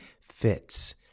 fits